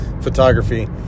photography